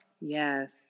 Yes